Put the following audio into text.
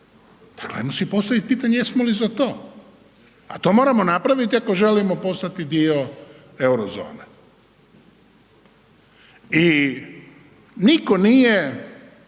Dakle ajmo si postaviti pitanje jesmo li za to a to moramo napraviti ako želimo postati dio Eurozone. I nitko nije